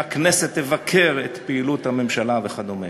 שהכנסת תבקר את פעילות הממשלה וכדומה.